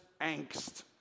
angst